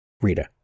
Rita